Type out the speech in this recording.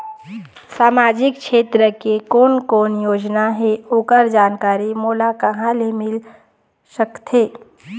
सामाजिक क्षेत्र के कोन कोन योजना हे ओकर जानकारी मोला कहा ले मिल सका थे?